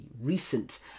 recent